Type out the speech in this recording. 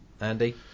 Andy